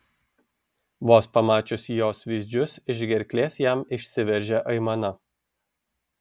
vos pamačius jos vyzdžius iš gerklės jam išsiveržė aimana